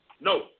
No